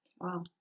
Wow